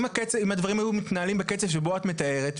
הדברים היו מתנהלים בקצב שבו את מתארת,